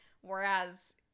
whereas